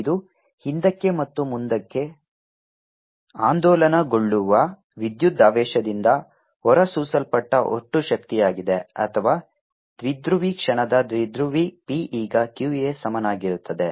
ಇದು ಹಿಂದಕ್ಕೆ ಮತ್ತು ಮುಂದಕ್ಕೆ ಆಂದೋಲನಗೊಳ್ಳುವ ವಿದ್ಯುದಾವೇಶದಿಂದ ಹೊರಸೂಸಲ್ಪಟ್ಟ ಒಟ್ಟು ಶಕ್ತಿಯಾಗಿದೆ ಅಥವಾ ದ್ವಿಧ್ರುವಿ ಕ್ಷಣದ ದ್ವಿಧ್ರುವಿ p ಈಗ q a ಸಮನಾಗಿರುತ್ತದೆ